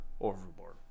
overboard